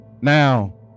Now